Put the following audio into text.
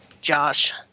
Josh